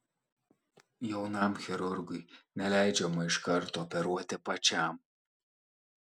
jaunam chirurgui neleidžiama iš karto operuoti pačiam